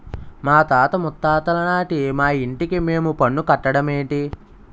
మాతాత ముత్తాతలనాటి మా ఇంటికి మేం పన్ను కట్టడ మేటి